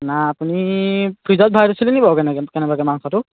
নাই আপুনি ফ্ৰীজত ভৰাই থৈছিলে নি বাৰু কেনেবাকৈ মাংসটো